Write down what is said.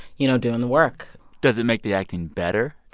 you know, doing the work does it make the acting better?